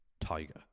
tiger